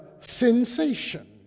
sensation